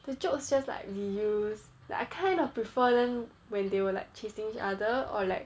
the jokes just like reused like I kind of prefer them when they were like chasing each other or like